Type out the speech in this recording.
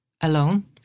alone